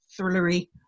thrillery